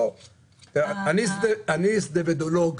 אני "שדדבולוג",